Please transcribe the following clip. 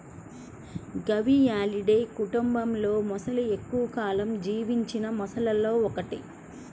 గవియాలిడే కుటుంబంలోమొసలి ఎక్కువ కాలం జీవించిన మొసళ్లలో ఒకటి